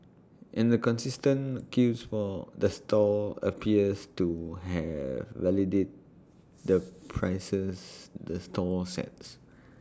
and the consistent queues for the stall appears to have validate the prices the stall sets